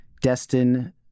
Destin